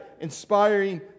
inspiring